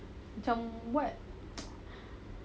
macam what